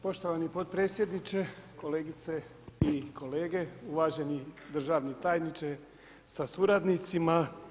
Poštovani potpredsjedniče, kolegice i kolege, uvaženi državni tajniče sa suradnicima.